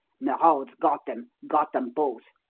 merode's got them got them both!